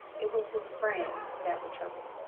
it was his friends that were trouble.